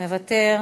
מוותר,